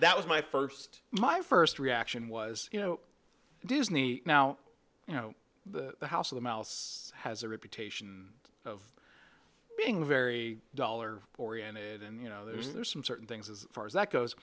that was my first my first reaction was you know disney now you know the house of the mouse has a reputation of being very dollar oriented and you know there's there's some certain things as far as that goes